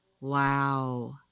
Wow